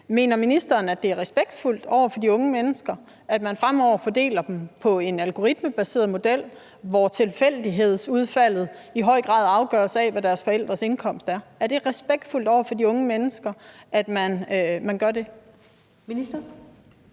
Mener ministeren, det er respektfuldt over for de unge mennesker, at man fremover fordeler dem ud fra en algoritmebaseret model, hvor udfaldet i høj grad afgøres af, hvad deres forældres indkomst tilfældigvis er? Er det respektfuldt over for de unge mennesker, at man gør det? Kl.